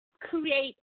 create